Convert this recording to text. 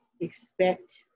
expect